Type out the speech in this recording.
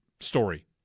story